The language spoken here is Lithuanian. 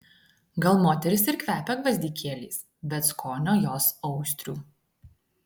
gal moterys ir kvepia gvazdikėliais bet skonio jos austrių